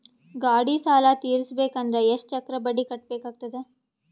ಗಾಡಿ ಸಾಲ ತಿರಸಬೇಕಂದರ ಎಷ್ಟ ಚಕ್ರ ಬಡ್ಡಿ ಕಟ್ಟಬೇಕಾಗತದ?